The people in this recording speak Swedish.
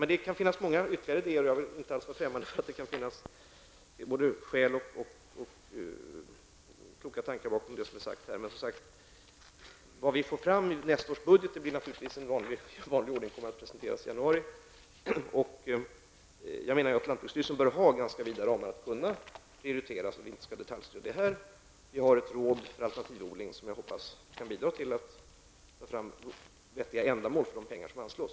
Men det kan finnas många ytterliga idéer, och jag är inte alls främmande för att det kan finnas goda skäl och kloka tankar bakom det som Åsa Domeij här har sagt. Men vad vi får fram i nästa års budget kommer naturligtvis i vanlig ordning att presenteras i januari. Jag menar att lantbruksstyrelsen bör ha ganska vida ramar att prioritera inom och att vi inte skall detaljstyra det här. Vi har ett råd för alternativ odling som jag hoppas kan ta fram vettiga ändamål för de pengar som anslås.